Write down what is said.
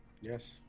Yes